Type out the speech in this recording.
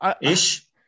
Ish